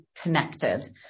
connected